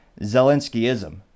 Zelenskyism